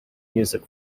music